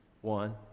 one